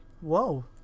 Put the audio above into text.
Whoa